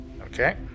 Okay